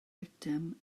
eitem